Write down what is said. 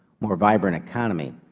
more vibrant economy.